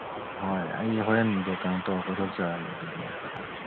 ꯍꯣꯏ ꯑꯩ ꯍꯣꯔꯦꯟꯗꯣ ꯀꯩꯅꯣ ꯇꯧꯔ ꯀꯣꯏꯊꯣꯛꯆꯔꯛꯑꯒꯦ ꯑꯗꯨꯗꯤ